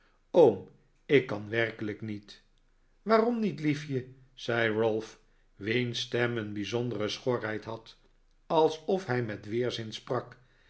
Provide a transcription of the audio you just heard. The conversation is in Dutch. ik kan werkelijk niet waarom niet liefje zei ralph wiens stem een bijzondere schorheid had alsof hij met weerzin sprak